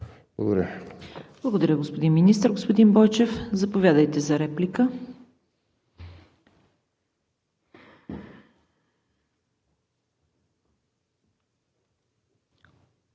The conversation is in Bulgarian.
Благодаря, господин Министър. Господин Бойчев, заповядайте за реплика.